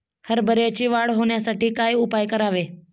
हरभऱ्याची वाढ होण्यासाठी काय उपाय करावे?